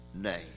name